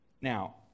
Now